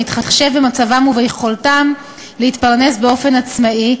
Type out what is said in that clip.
המתחשב במצבם וביכולתם להתפרנס באופן עצמאי,